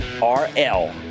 RL